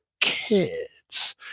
kids